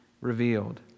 revealed